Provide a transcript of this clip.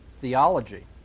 theology